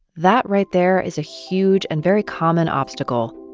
that right there is a huge and very common obstacle